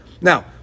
Now